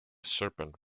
serpent